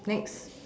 next